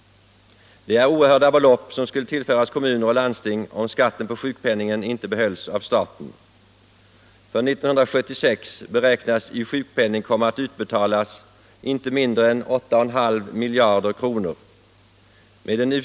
Det är oerhörda belopp som skulle tillföras kommuner och landsting om skatten på sjukpenningen inte behölls av staten. För 1976 beräknas i sjukpenning komma att utbetalas inte mindre än 8,5 miljarder kronor.